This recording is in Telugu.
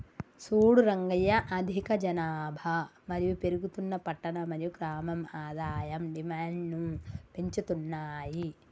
సూడు రంగయ్య అధిక జనాభా మరియు పెరుగుతున్న పట్టణ మరియు గ్రామం ఆదాయం డిమాండ్ను పెంచుతున్నాయి